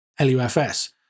LUFS